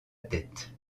tête